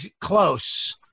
close